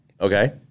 Okay